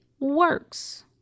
works